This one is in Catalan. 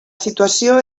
situació